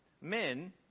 Men